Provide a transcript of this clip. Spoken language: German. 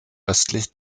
östlich